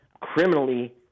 criminally